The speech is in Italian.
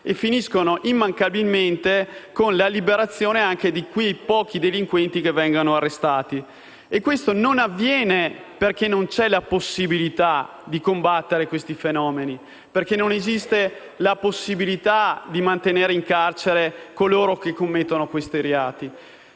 e finiscono, immancabilmente, con la liberazione anche di quei pochi delinquenti che vengono arrestati. Ciò non avviene perché non vi sia la possibilità di combattere questi fenomeni o non vi sia la possibilità di mantenere in carcere coloro che commettono questi reati;